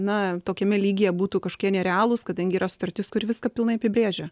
na tokiame lygyje būtų kažkokie nerealūs kadangi yra sutartis kuri viską pilnai apibrėžia